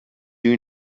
you